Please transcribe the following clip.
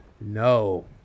No